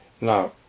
Now